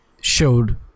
showed